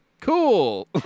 Cool